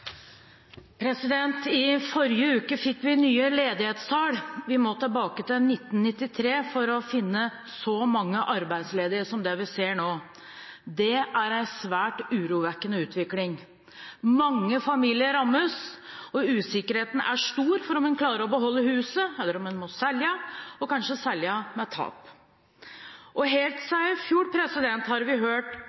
1993 for å finne så mange arbeidsledige som det vi ser nå. Det er en svært urovekkende utvikling. Mange familier rammes, og usikkerheten er stor for om en klarer å beholde huset, eller om en må selge og kanskje selge med tap. Helt siden i fjor har vi hørt